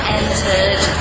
entered